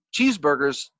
cheeseburgers